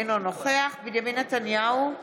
אינו נוכח בנימין נתניהו,